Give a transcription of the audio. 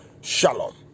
Shalom